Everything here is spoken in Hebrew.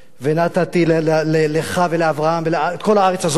ונתתי לך, לאברהם, את כל הארץ הזאת,